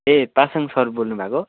ए Pasang sir बोल्नु भएको